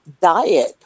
diet